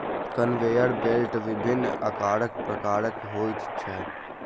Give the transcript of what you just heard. conveyor belt विभिन्न आकार प्रकारक होइत छै